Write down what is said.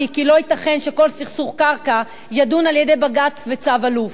כי לא ייתכן שכל סכסוך קרקע יידון על-ידי בג''ץ וצו אלוף,